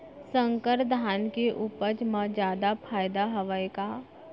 संकर धान के उपज मा जादा फायदा हवय का?